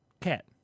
Cat